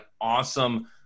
awesome